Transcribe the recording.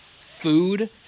food